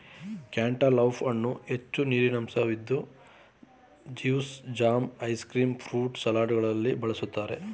cantaloupe ಹಣ್ಣು ಹೆಚ್ಚು ನೀರಿನಂಶವಿದ್ದು juice, jam, ice cream, fruit ಸಲಾಡ್ಗಳಲ್ಲಿ ಬಳ್ಸತ್ತರೆ